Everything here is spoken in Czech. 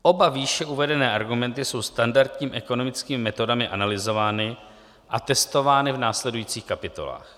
Oba výše uvedené argumenty jsou standardními ekonomickými metodami analyzovány a testovány v následujících kapitolách.